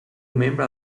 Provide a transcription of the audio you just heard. membre